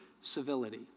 civility